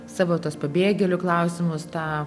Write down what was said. savo tuos pabėgėlių klausimus tą